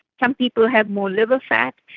some people have more liver fat,